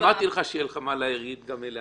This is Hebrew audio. אמרתי לך שיהיה מה להגיד גם אליה,